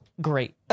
great